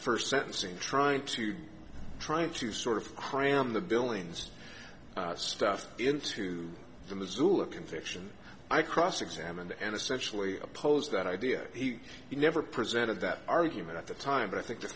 first sentencing trying to trying to sort of cram the billings stuff into the missoula conviction i cross examined and essentially opposed that idea he never presented that argument at the time but i think the